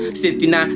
69